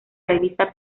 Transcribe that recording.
revista